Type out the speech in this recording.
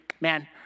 man